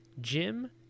Jim